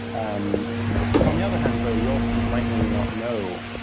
um on the other hand, though, you also just might really not know